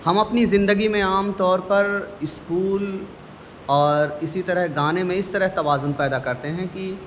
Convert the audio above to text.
ہم اپنی زندگی میں عام طور پر اسکول اور اسی طرح گانے میں اس طرح توازن پیدا کرتے ہیں کہ